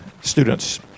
students